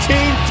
Team